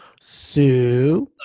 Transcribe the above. Sue